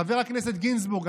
חבר הכנסת גינזבורג,